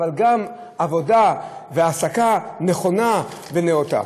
אבל גם עבודה והעסקה נכונה ונאותה.